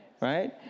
Right